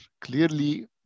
clearly